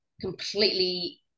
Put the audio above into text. completely